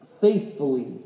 faithfully